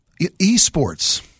Esports